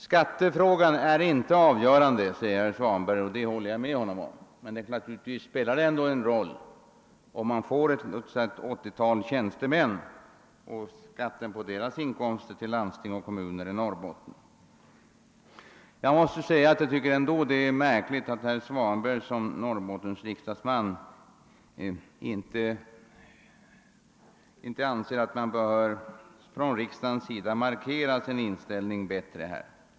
Skattefrågan är inte avgörande, sade herr Svanberg, och det håller jag med honom om. Men naturligtvis spelar det en roll om man får skatten för ett åttiotal tjänstemäns inkomster till landsting och kommuner i Norrbotten. Jag tycker det är märkligt att herr Svanberg såsom Norrbottensledamot inte anser att riksdagen bör markera sin inställning på denna punkt bättre.